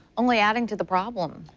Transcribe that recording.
only adding to the problem.